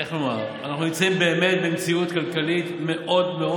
אנחנו נמצאים באמת במציאות כלכלית מאוד מאוד